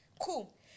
Cool